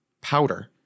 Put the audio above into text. Powder